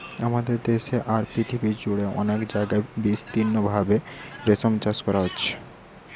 আমাদের দেশে আর পৃথিবী জুড়ে অনেক জাগায় বিস্তৃতভাবে রেশম চাষ হচ্ছে